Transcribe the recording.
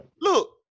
Look